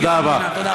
תודה רבה.